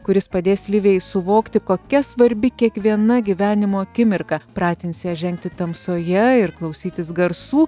kuris padės livijai suvokti kokia svarbi kiekviena gyvenimo akimirka pratins ją žengti tamsoje ir klausytis garsų